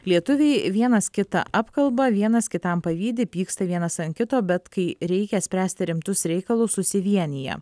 lietuviai vienas kitą apkalba vienas kitam pavydi pyksta vienas ant kito bet kai reikia spręsti rimtus reikalus susivienija